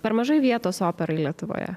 per mažai vietos operai lietuvoje